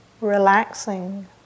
relaxing